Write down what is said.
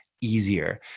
easier